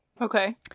Okay